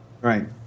Right